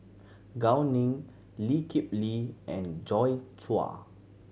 Gao Ning Lee Kip Lee and Joi Chua